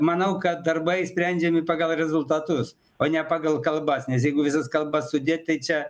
manau kad darbai sprendžiami pagal rezultatus o ne pagal kalbas nes jeigu visas kalbas sudėt tai čia